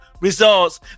results